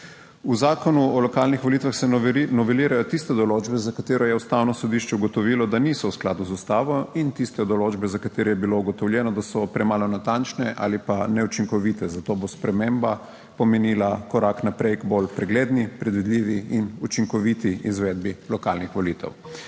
V Zakonu o lokalnih volitvah se novelirajo tiste določbe, za katere je Ustavno sodišče ugotovilo, da niso v skladu z ustavo, in tiste določbe, za katere je bilo ugotovljeno, da so premalo natančne ali pa neučinkovite. Zato bo sprememba pomenila korak naprej k bolj pregledni, predvidljivi in učinkoviti izvedbi lokalnih volitev.